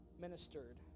ministered